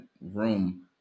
room